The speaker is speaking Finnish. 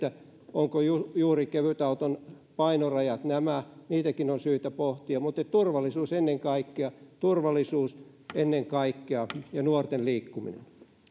ovatko kevytauton painorajat juuri nämä on syytä pohtia mutta turvallisuus ennen kaikkea turvallisuus ennen kaikkea ja nuorten liikkuminen